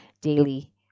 daily